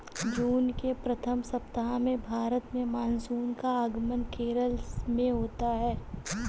जून के प्रथम सप्ताह में भारत में मानसून का आगमन केरल में होता है